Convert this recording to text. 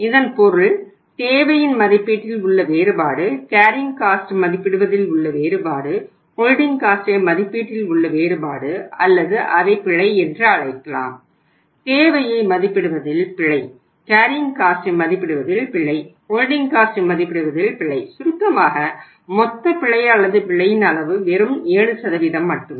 இதன் பொருள் தேவையின் மதிப்பீட்டில் உள்ள வேறுபாடு கேரியிங் காஸ்டை மதிப்பிடுவதில் பிழை சுருக்கமாக மொத்த பிழை அல்லது அந்த பிழையின் அளவு வெறும் 7 மட்டுமே